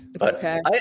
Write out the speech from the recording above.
okay